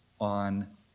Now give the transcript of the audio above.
on